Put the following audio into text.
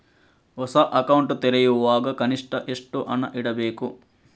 ಹೊಸ ಅಕೌಂಟ್ ತೆರೆಯುವಾಗ ಕನಿಷ್ಠ ಎಷ್ಟು ಹಣ ಇಡಬೇಕು?